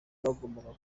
bagombaga